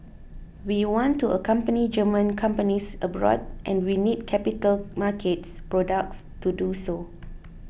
we want to accompany German companies abroad and we need capital markets products to do so